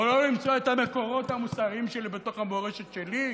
או לא למצוא את המקורות המוסריים שלי בתוך המורשת שלי?